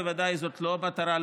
ובוודאי זאת לא המטרה,